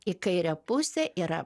į kairę pusę yra